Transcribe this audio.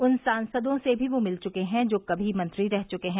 उन सांसदों से भी वे मिल चुके हैं जो कभी मंत्री रह चुके हैं